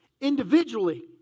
individually